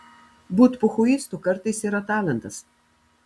būt pochuistu kartais yra talentas